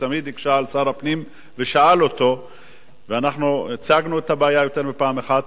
שתמיד הקשה על שר הפנים ושאל אותו ואנחנו הצגנו את הבעיה יותר מפעם אחת,